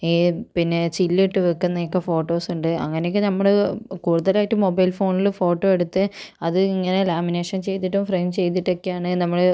ഈ പിന്നെ ചില്ലിട്ട് വെക്കുന്ന ഒക്കെ ഫോട്ടോസുണ്ട് അങ്ങനെയൊക്കെ നമ്മൾ കൂടുതലായിട്ടും മൊബൈൽ ഫോണിൽ ഫോട്ടോയെടുത്ത് അത് ഇങ്ങനെ ലാമിനേഷൻ ചെയ്തിട്ടും ഫ്രെയിം ചെയ്തിട്ടക്കെയാണ് നമ്മള്